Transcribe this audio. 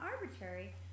arbitrary